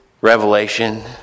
Revelation